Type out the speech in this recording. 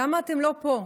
למה אתן לא פה?